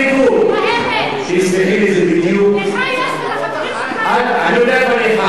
אני לא מסכנה, אני לא מסכנה.